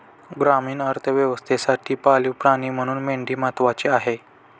ग्रामीण अर्थव्यवस्थेसाठी पाळीव प्राणी म्हणून मेंढी महत्त्वाची आहे